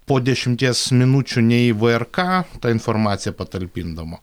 po dešimties minučių nei vrk tą informaciją patalpindama